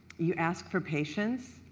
you ask for patience,